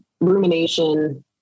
rumination